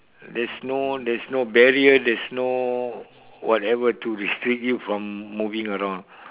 there's no there's no barrier there's no whatever to restrict you from moving around